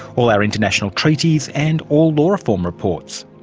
all our international treaties, and all law reform reports.